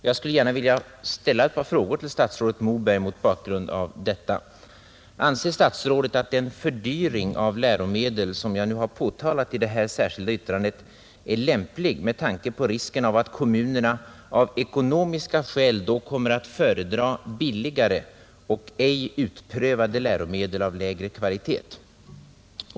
Jag skulle gärna vilja ställa ett par frågor till statsrådet Moberg mot bakgrund av detta. Den första frågan lyder: Anser statsrådet att den fördyring av läromedel som jag har påtalat i det särskilda yttrandet är lämplig med tanke på risken för att kommunerna av ekonomiska skäl då kommer att föredra billigare och ej utprövade läromedel av lägre kvalitet?